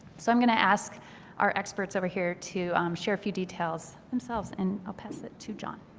so i'm going to ask our experts over here to share a few details themselves and ah pass it to john.